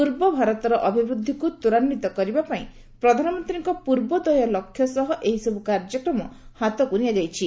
ପୂର୍ବ ଭାରତର ଅଭିବୃଦ୍ଧିକୁ ତ୍ୱରାନ୍ୱିତ କରିବା ପାଇଁ ପ୍ରଧାନମନ୍ତ୍ରୀଙ୍କ ପୂର୍ବଦ୍ୟୋୟ ଲକ୍ଷ୍ୟ ସହ ଏହିସବୁ କାର୍ଯ୍ୟକ୍ରମ ହାତକୁ ନିଆଯାଇଛି